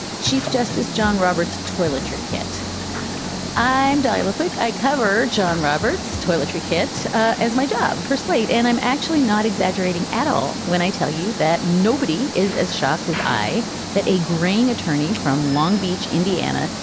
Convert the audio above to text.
chief justice john roberts, toiletry kit i'm dialing, which i cover john roberts toiletry kit as my job for slate and i'm actually not exaggerating at all when i tell you that nobody is as shocked as i that a graying attorney from long beach, indiana,